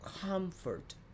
comfort